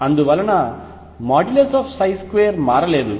అందువలన 2 మారలేదు